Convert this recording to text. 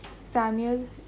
Samuel